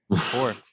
Four